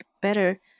better